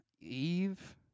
Eve